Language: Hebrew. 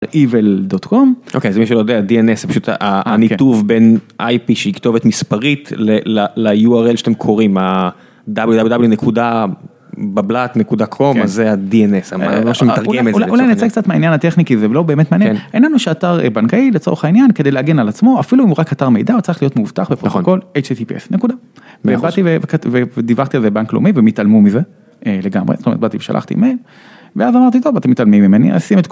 Evil.com. אוקיי אז מי שלא יודע DNS זה פשוט הניתוב בין IP שהיא כתובת מספרית ל-URL שאתם קוראים, ה-www.bablat.com אז זה ה-DNS, המה שמתרגם את זה לצורך העניין. אולי נצא קצת מהעניין הטכני כי זה לא באמת מעניין. העניין הוא שאתר בנקאי לצורך העניין כדי להגן על עצמו אפילו אם הוא רק אתר מידע הוא צריך להיות מאובטח בפרוטוקול HTTPS נקודה. ובאתי ודיווחתי על זה לבנק לאומי והם התעלמו מזה לגמרי זאת אומרת באתי ושלחתי מייל ואז אמרתי טוב אתם מתעלמים ממני אז